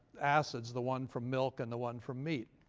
acids, the one from milk and the one from meat.